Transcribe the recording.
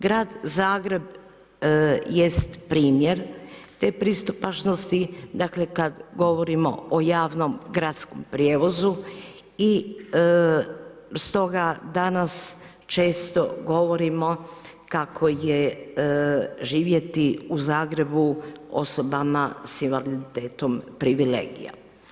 Grad Zagreb jest primjer te pristupačnosti, dakle kada govorimo o javnom gradskom prijevozu i stoga danas često govorimo kako je živjeti u Zagrebu osobama s invaliditetom privilegija.